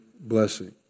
blessing